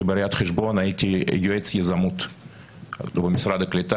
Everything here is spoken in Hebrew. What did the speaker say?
בראיית חשבון גם יועץ יזמות במשרד הקליטה,